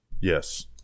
Yes